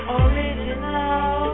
original